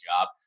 job